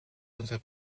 unser